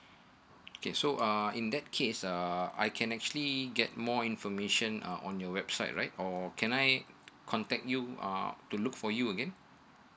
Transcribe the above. okay so uh in that case um I can actually get more information uh on your website right or can I contact you uh to look for you again